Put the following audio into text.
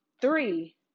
three